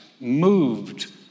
moved